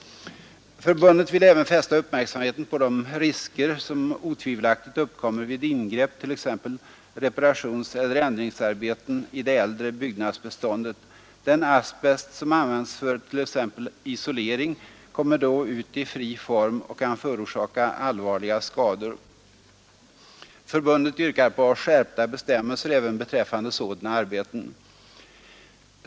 Förbundet vill även fästa uppmärksamheten på de risker som otvivelaktigt uppkommer vid ingrepp, t.ex. reparationseller ändringsarbeten, i det äldre byggnadsbeståndet. Den asbest som använts för t.ex. isolering kommer då ut i fri form och kan förorsaka allvarlig skador.” Förbundet yrkar på skärpta besti även beträffande sådana arbeten.